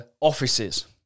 offices